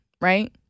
right